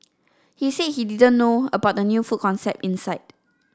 he said he didn't know about the new food concept inside